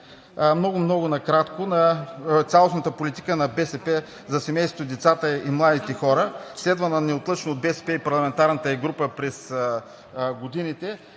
много, много накратко на цялостната политика на БСП за семейството, децата и младите хора, следвана неотлъчно от БСП и парламентарната ѝ група през годините,